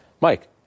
Mike